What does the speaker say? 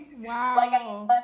Wow